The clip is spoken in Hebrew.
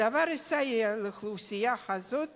הדבר יסייע לאוכלוסייה זאת